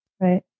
Right